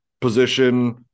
position